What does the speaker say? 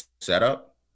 setup